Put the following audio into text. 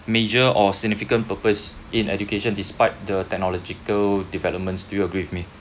major or significant purpose in education despite the technological developments do you agree with me